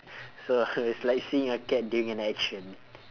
so it's like seeing a cat doing an action